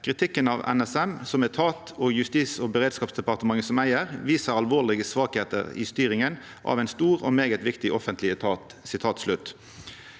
«kritikken av NSM som etat og Justis- og beredskapsdepartementet som eier viser alvorlige svakheter i styringen av en stor og meget viktig offentlig etat.»